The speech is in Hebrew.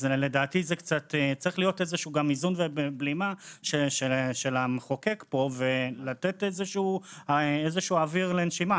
צריך להיות איזשהו איזון ובלימה של המחוקק ולתת אוויר לנשימה.